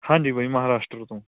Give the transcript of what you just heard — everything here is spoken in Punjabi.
ਹਾਂਜੀ ਬਾਈ ਮਹਾਰਾਸ਼ਟਰ ਤੋਂ